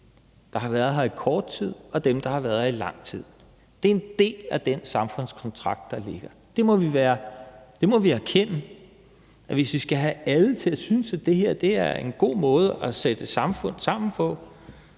der har været her i kort tid, og dem, der har været her i lang tid. Det er en del af den samfundskontrakt, der ligger. Det må vi erkende: at hvis vi skal have alle til at synes, at det her er en god måde at sætte et samfund sammen på,